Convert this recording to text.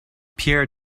pierre